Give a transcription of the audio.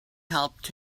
helped